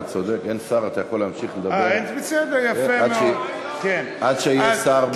אין שר, אתה יכול להמשיך לדבר עד שיהיה שר.